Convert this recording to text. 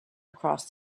across